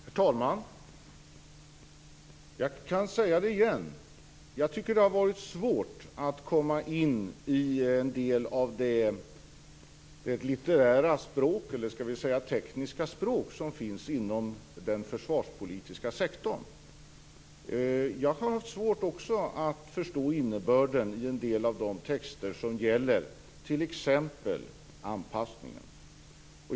Herr talman! Jag kan säga det igen: Jag tycker att har varit svårt att komma in i en del av det tekniska språket som finns inom den försvarspolitiska sektorn. Jag har haft svårt att också förstå innebörden i en del av de texter som gäller t.ex. anpassningen.